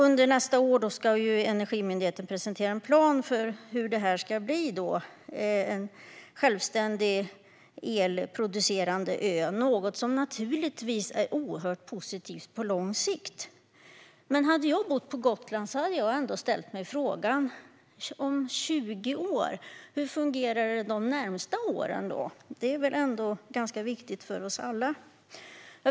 Under nästa år ska Energimyndigheten presentera en plan för hur Gotland ska bli en självständig elproducerande ö, något som naturligtvis är oerhört positivt på lång sikt. Men hade jag bott på Gotland hade jag ändå ställt mig frågan: Om 20 år? Hur fungerar det de närmaste åren då? Det är väl ändå ganska viktigt för oss alla.